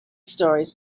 stories